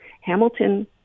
Hamilton